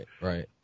Right